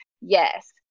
Yes